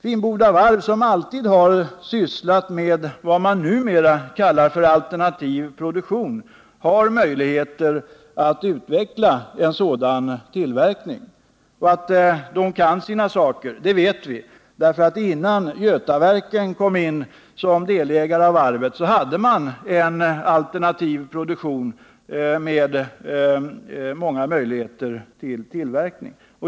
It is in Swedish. Finnboda Varv, som alltid har sysslat med vad man numera kallar för alternativ produktion, har möjligheter att utveckla en sådan tillverkning. Och att varvet kan sina saker vet vi. Innan AB Götaverken kom in som delägare av varvet hade Finnboda en alternativ produktion med många möjligheter till tillverkning.